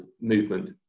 movement